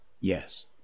Yes